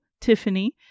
Tiffany